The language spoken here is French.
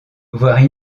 voire